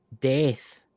death